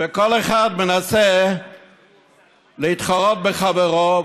וכל אחד מנסה להתחרות בחברו,